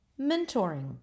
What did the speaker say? mentoring